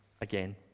again